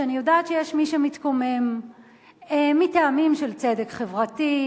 שאני יודעת שיש מי שמתקומם מטעמים של צדק חברתי,